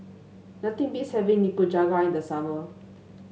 nothing beats having Nikujaga in the summer